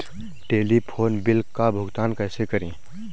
Telephone bill का भुगतान कैसे करें?